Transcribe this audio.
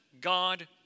God